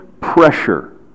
pressure